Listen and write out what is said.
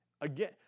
Again